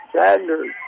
Sanders